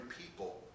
people